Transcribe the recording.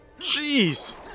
Jeez